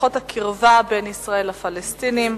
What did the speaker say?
שיחות הקרבה בין ישראל לפלסטינים,